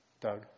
Doug